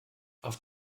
auf